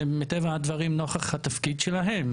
זה מטבע הדברים נוכח התפקיד שלהם,